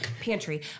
pantry